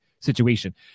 situation